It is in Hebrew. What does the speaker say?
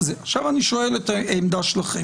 הנחת העבודה שלי היא שאנחנו מייצרים פה עכשיו רשות מתמחה,